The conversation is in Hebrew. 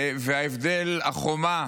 וההבדל, החומה